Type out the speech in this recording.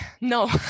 no